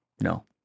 No